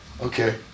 Okay